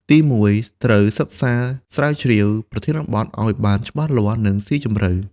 ទីមួយ ត្រូវសិក្សាស្រាវជ្រាវប្រធានបទឱ្យបានច្បាស់លាស់ និងស៊ីជម្រៅ។